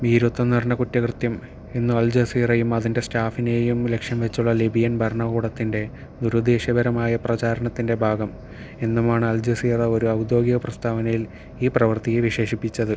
ഭീരുത്വം നിറഞ്ഞ കുറ്റകൃത്യം എന്നും അൽ ജസീറയും അതിൻ്റെ സ്റ്റാഫിനെയും ലക്ഷ്യം വച്ചുള്ള ലിബിയൻ ഭരണ കൂടത്തിൻ്റെ ദുരുദ്ദേശ്യപരമായ പ്രചാരണത്തിൻ്റെ ഭാഗം എന്നുമാണ് അൽ ജസീറ ഒരു ഔദ്യോഗിക പ്രസ്താവനയിൽ ഈ പ്രവൃത്തിയെ വിശേഷിപ്പിച്ചത്